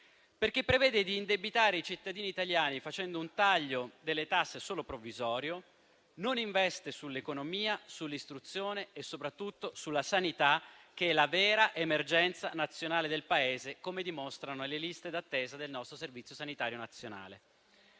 prevede infatti di indebitare i cittadini italiani facendo un taglio delle tasse solo provvisorio, non investe sull'economia, sull'istruzione e soprattutto sulla sanità, che è la vera emergenza nazionale del Paese, come dimostrano le liste d'attesa del nostro servizio sanitario nazionale.